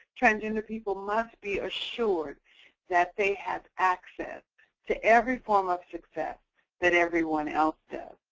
transgender people must be assured that they have access to every form of success that everyone else